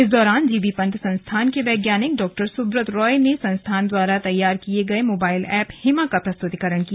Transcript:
इस दौरान जीबी पंत संस्थान के वैज्ञानिक डा सुव्रत राय ने संस्थान द्वारा तैयार किये गये मोबाइल एप हिमा का प्रस्तुतिकरण किया